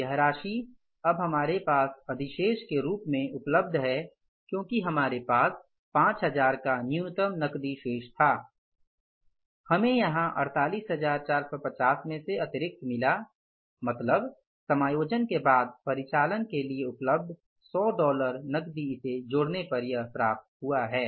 यह राशि अब हमारे पास अधिशेष क्र रूप में उपलब्ध है क्योंकि हमारे पास 5000 का न्यूनतम नकदी शेष था हमें यहां 48450 में से अतिरिक्त मिला मतलब समायोजन के बाद परिचालन के लिए उपलब्ध 100 डॉलर नगदी इसे जोड़ने पर यह प्राप्त हुआ है